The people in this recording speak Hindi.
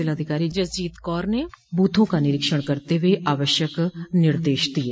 जिलाधिकारी जसजीत कौर ने बूथों का निरीक्षण करते हुए आवश्यक निर्देश दिये